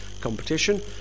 competition